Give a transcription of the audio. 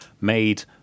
made